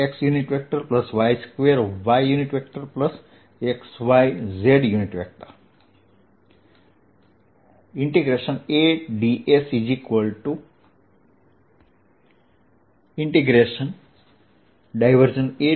Axxy2yxyz A